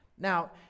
Now